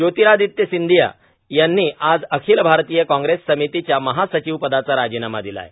जोतीरादित्य सिंदिया यांनी आज अखिल भारतीय काँग्रेस समितीच्या महासचिव पदाचा राजीनामा दिला आहे